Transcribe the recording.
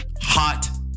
hot